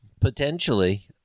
Potentially